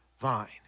vine